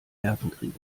nervenkrieg